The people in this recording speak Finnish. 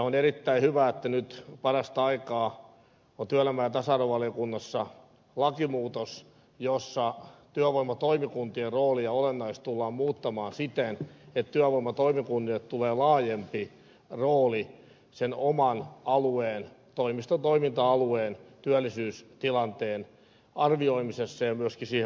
on erittäin hyvä että nyt parasta aikaa on työelämä ja tasa arvovaliokunnassa lakimuutos jossa työvoimatoimikuntien roolia olennaisesti tullaan muuttamaan siten että työvoimatoimikunnille tulee laajempi rooli sen oman alueen toimiston toiminta alueen työllisyystilanteen arvioimisessa ja myöskin siihen vaikuttamisessa